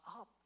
up